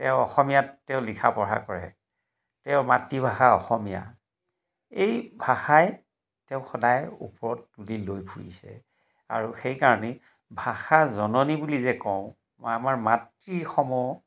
তেওঁ অসমীয়াত তেওঁ লিখা পঢ়া কৰে তেওঁ মাতৃভাষা অসমীয়া এই ভাষাই তেওঁ সদায় ওপৰত তুলি লৈ ফুৰিছে আৰু সেইকাৰণে ভাষা জননী বুলি যে কওঁ বা আমাৰ মাতৃসম